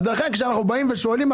לכן כשאנחנו באים ושואלים,